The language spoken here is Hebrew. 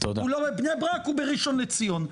הוא לא בבני ברק הוא בראשון לציון.